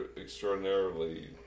extraordinarily